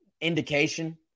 indication